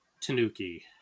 tanuki